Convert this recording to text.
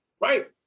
right